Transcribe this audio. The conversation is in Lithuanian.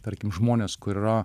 tarkim žmonės kur yra